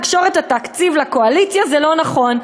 לקשור את התקציב לקואליציה זה לא נכון".